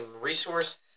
resource